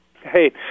Hey